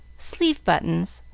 sleeve-buttons,